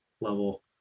level